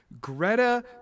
Greta